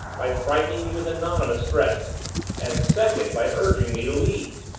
by frightening me with anonymous threats and, second, by urging me to leave.